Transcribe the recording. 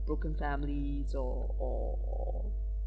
broken families or or or